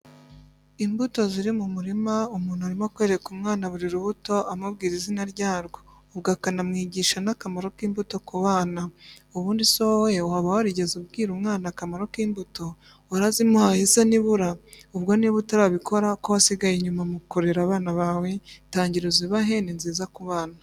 Imbuto ziri mu murima, umuntu arimo kwereka umwana buri rubuto amubwira n'izina ryarwo, ubwo akanamwigisha n'akamaro k'imbuto ku bana. Ubundi se wowe waba warigeze ubwira umwana akamaro k'imbuto? Warazimuhaye se nibura? Ubwo niba utarabikora kowasigaye inyuma mu kurera abana bawe, tangira uzibahe ni nziza ku bana.